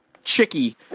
Chicky